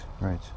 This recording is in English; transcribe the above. right